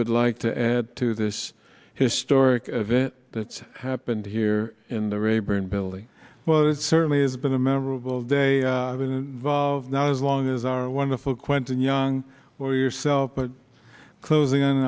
would like to add to this historic event that happened here in the rayburn building well it certainly has been a memorable day volved not as long as our wonderful quentin young or yourself but closing in